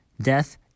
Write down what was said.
Death